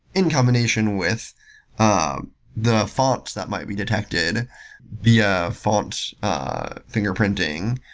in combination with um the fonts that might be detected via fonts fingerprinting,